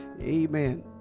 Amen